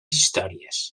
històries